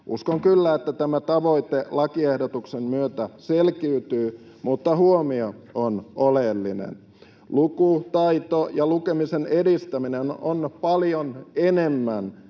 Uskon kyllä, että tämä tavoite lakiehdotuksen myötä selkiytyy, mutta huomio on oleellinen. Lukutaito ja lukemisen edistäminen ovat paljon enemmän